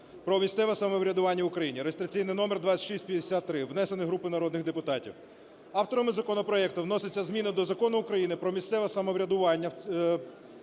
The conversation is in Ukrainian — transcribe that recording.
"Про місцеве самоврядування в Україні" (реєстраційний номер 2653), внесений групою народних депутатів. Авторами законопроекту вносяться зміни до Закону України "Про місцеве самоврядування в Україні",